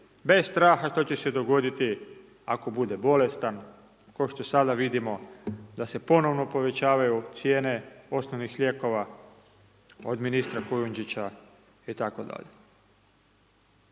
bez straha što će se dogoditi ako bude bolestan kao što sada vidimo da se ponovno povećavaju cijene osnovnih lijekova od ministra Kujundžića itd..